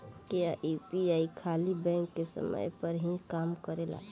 क्या यू.पी.आई खाली बैंक के समय पर ही काम करेला?